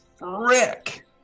rick